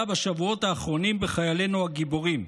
בשבועות האחרונים בחיילינו הגיבורים?